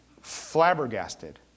flabbergasted